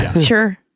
sure